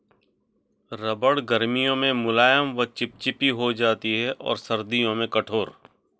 रबड़ गर्मियों में मुलायम व चिपचिपी हो जाती है और सर्दियों में कठोर